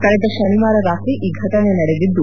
ಕಳೆದ ಶನಿವಾರ ರಾತ್ರಿ ಈ ಘಟನೆ ನಡೆದಿದ್ದು